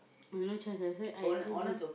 oh no choice that's why I just